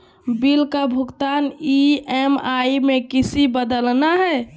Bill के भुगतान EMI में किसी बदलना है?